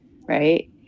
right